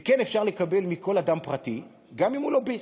וכן אפשר לקבל מכל אדם פרטי גם אם הוא לוביסט.